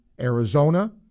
Arizona